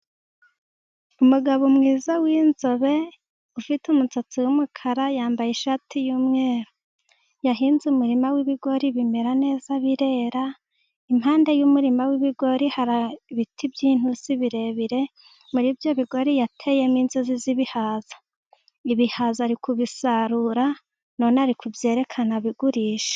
Umugabo mwiza w'inzobe ufite umusatsi w'umukara, yambaye ishati y'umweru, yahinze umurima w'ibigori bimera neza birera, iruhande rw'umurima w'ibigori hari ibiti by'intusi birebire, muri ibyo bigori yateyemo inzuzi z'ibihaza ibihaza ari kubisarura none ari kubyerekana abigurisha.